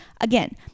Again